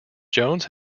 jones